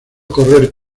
correr